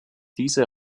diese